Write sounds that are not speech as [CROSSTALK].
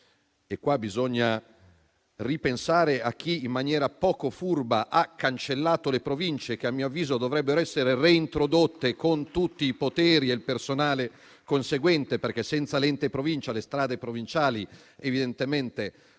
necessario ripensare a chi, in maniera poco furba, ha cancellato le Province che - a mio avviso - dovrebbero essere reintrodotte con tutti i poteri e il personale conseguente, [APPLAUSE] perché senza l'ente Provincia le strade provinciali evidentemente non